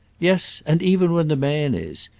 yes, and even when the man is!